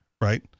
right